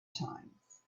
times